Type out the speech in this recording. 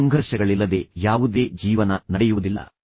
ಇದನ್ನು ನೋಡಿ ಸಂಘರ್ಷಗಳಿಲ್ಲದೆ ಯಾವುದೇ ಜೀವನ ನಡೆಯುವುದಿಲ್ಲ